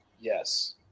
Yes